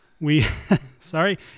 We—sorry